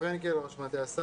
יואב פרנקל, ראש מטה השר.